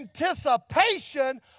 anticipation